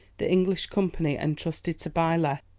the english company entrusted to byleth,